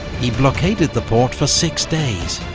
he blockaded the port for six days,